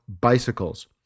bicycles